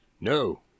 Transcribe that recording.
No